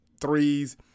threes